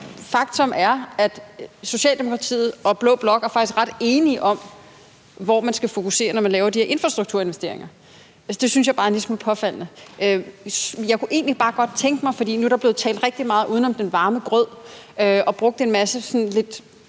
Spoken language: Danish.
Faktum er, at Socialdemokratiet og blå blok faktisk er ret enige om, hvor man skal fokusere, når man laver de her infrastrukturinvesteringer. Det synes jeg bare er en lille smule påfaldende. Jeg kunne egentlig bare godt tænke mig at høre, for nu er der blevet talt rigtig meget uden om den varme grød og brugt en masse sådan lidt